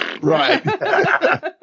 Right